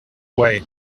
way